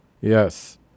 Yes